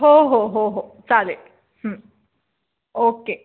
हो हो हो हो चालेल ओके